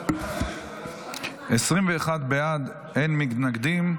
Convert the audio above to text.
21 בעד, אין מתנגדים.